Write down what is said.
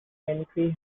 entry